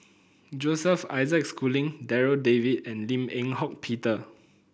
Joseph Isaac Schooling Darryl David and Lim Eng Hock Peter